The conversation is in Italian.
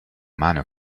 mano